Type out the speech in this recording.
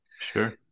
sure